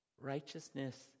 Righteousness